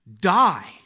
die